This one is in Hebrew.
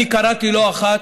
אני קראתי לא אחת: